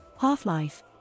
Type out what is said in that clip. Half-Life